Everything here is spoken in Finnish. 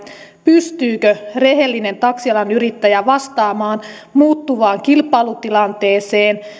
pystyykö rehellinen taksialan yrittäjä vastaamaan muuttuvaan kilpailutilanteeseen